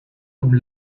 comme